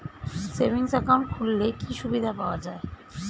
Savings account খুললে কি সুবিধা পাওয়া যায়?